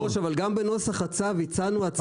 היושב ראש, אבל גם בנוסח הצו הצענו הצעת ייעול.